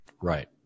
Right